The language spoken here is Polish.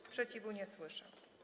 Sprzeciwu nie słyszę.